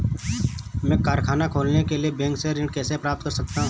मैं कारखाना खोलने के लिए बैंक से ऋण कैसे प्राप्त कर सकता हूँ?